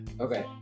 okay